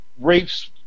rapes